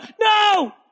no